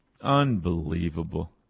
Unbelievable